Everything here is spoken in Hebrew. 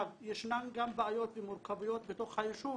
ישנן גם בעיות עם מורכבויות בתוך היישוב